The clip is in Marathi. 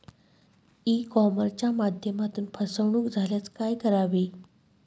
ई कॉमर्सच्या माध्यमातून फसवणूक झाल्यास काय करावे?